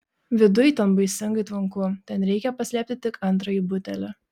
viduj ten baisingai tvanku ten reikia paslėpti tik antrąjį butelį